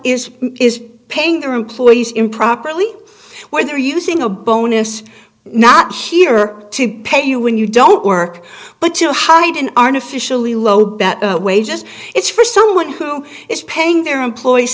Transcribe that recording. is paying their employees improperly when they're using a bonus not here to pay you when you don't work but to hide an artificially low better wages it's for someone who is paying their employees